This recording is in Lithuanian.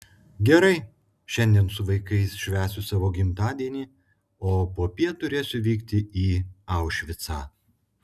gerai šiandien su vaikais švęsiu savo gimtadienį o popiet turėsiu vykti į aušvicą